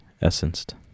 essenced